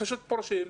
פשוט פורשים.